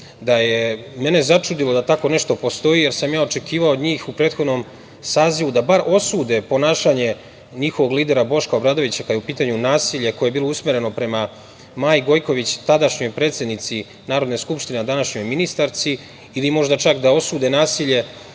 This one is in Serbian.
da je mene začudilo da tako nešto postoji, jer sam ja očekivao od njih u prethodnom sazivu da bar osude ponašanje njihovog lidera Boška Obradovića kada je u pitanju nasilje koje je bilo usmereno prema Maji Gojković, tadašnjoj predsednici Narodne skupštine, a današnjoj ministarki, ili možda čak da osude nasilje